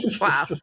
Wow